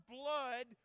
blood